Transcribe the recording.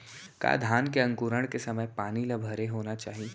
का धान के अंकुरण के समय पानी ल भरे होना चाही?